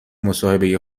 مصاحبه